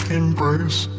embrace